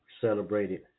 celebrated